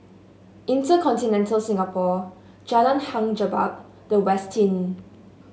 InterContinental Singapore Jalan Hang Jebat The Westin